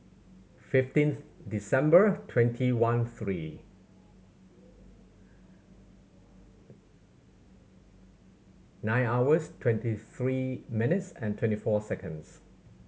fifteenth December twenty one three nine hours twenty three minutes and twenty four seconds